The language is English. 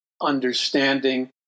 understanding